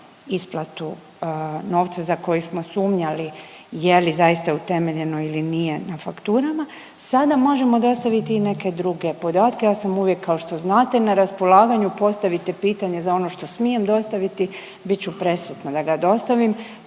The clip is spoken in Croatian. isplatu novca za koji smo sumnjali je li zaista utemeljeno ili nije na fakturama, sada možemo dostaviti i neke druge podatke. Ja sam uvijek kao što znate na raspolaganju, postavite pitanje za ono što smijem dostaviti, bit ću presretna da ga dostavim.